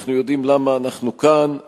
אנחנו יודעים למה אנחנו כאן,